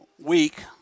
week